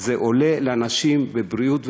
זה עולה לאנשים בבריאות ובחיים.